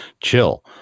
chill